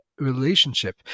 relationship